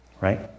Right